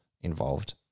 involved